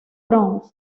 bronx